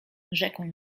rzekłem